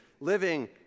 living